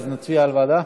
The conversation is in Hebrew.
אז נצביע על ועדה?